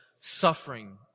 suffering